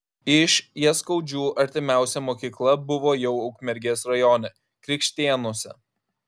iš jaskaudžių artimiausia mokykla buvo jau ukmergės rajone krikštėnuose